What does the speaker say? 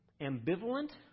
ambivalent